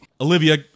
Olivia